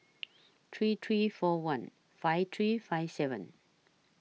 three three four one five three five seven